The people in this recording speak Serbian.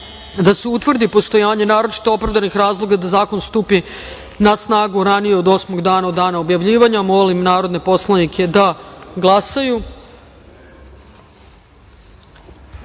da se utvrdi postojanje naročito opravdanih razloga da zakon stupi na snagu ranije od osmog dana od dana objavljivanja. Molim narodne poslanike da